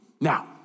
Now